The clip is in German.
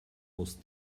aus